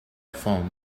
phone